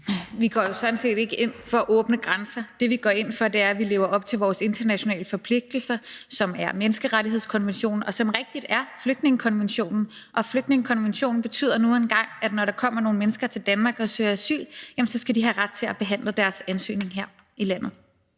Vi går jo sådan set ikke ind for åbne grænser. Det, vi går ind for, er, at vi lever op til vores internationale forpligtelser, som er menneskerettighedskonventionen, og som rigtigt er flygtningekonventionen. Og flygtningekonventionen betyder nu engang, at når der kommer nogle mennesker til Danmark og søger asyl, skal de have ret til at få deres asylansøgning behandlet